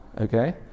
Okay